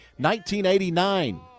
1989